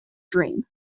dream